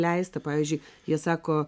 leista pavyzdžiui jie sako